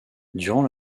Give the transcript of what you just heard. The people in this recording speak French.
durant